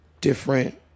different